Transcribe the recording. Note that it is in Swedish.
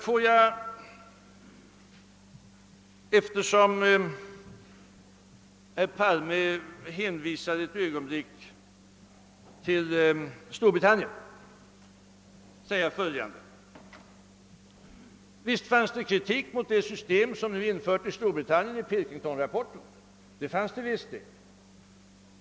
Låt mig, eftersom herr Palme hänvisade till Storbritannien, säga följande. Visst förekom det i Pilkington-rapporten kritik mot det system som nu är infört i Storbritannien.